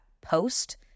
post